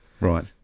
Right